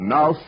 Now